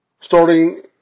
starting